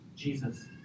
Jesus